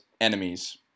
Enemies